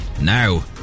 Now